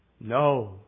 no